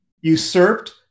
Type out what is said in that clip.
usurped